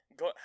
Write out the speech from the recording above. go